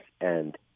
and-